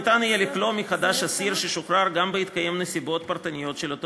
ניתן יהיה לכלוא מחדש אסיר ששוחרר גם בהתקיים נסיבות פרטניות של אותו